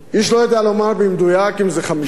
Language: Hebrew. איש לא יודע לומר במדויק אם זה 15,